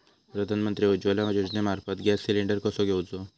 प्रधानमंत्री उज्वला योजनेमार्फत gas cylinder कसो घेऊचो?